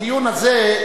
הדיון הזה,